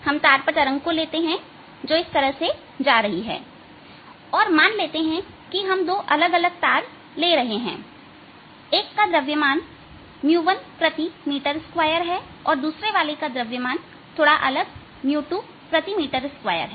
हम तार पर तरंग को लेते हैं जो जा रही है और मान लेते हैं कि हम दो अलग अलग तार ले रहे हैं एक का द्रव्यमान है 𝝻1 प्रति मीटर स्क्वायर और दूसरे वाले का द्रव्यमान थोड़ा अलग 𝝻2 प्रति मीटर स्क्वायर है